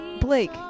Blake